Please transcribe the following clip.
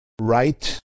right